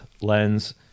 Len's